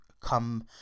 come